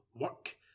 work